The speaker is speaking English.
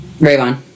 Rayvon